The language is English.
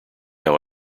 how